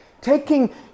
Taking